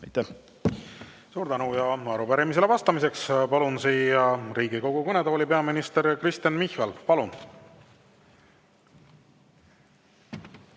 Aitäh! Suur tänu! Arupärimisele vastamiseks palun siia Riigikogu kõnetooli peaminister Kristen Michali. Palun!